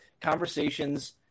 conversations